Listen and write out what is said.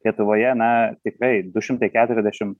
lietuvoje na tikrai du šimtai keturiasdešim